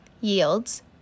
yields